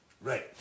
Right